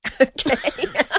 Okay